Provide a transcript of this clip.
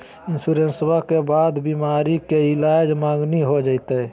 इंसोरेंसबा के बाद बीमारी के ईलाज मांगनी हो जयते?